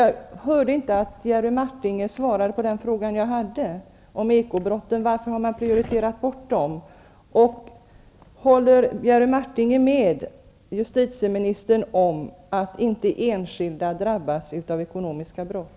Jag hörde inte att Jerry Martinger svarade på den fråga jag ställde. Varför har ekobrotten prioriterats bort? Håller Jerry Martinger med justitieministern om att enskilda inte skall drabbas av ekonomiska brott?